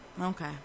Okay